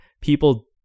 people